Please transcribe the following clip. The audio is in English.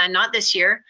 um not this year,